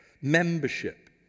membership